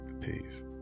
Peace